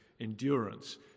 endurance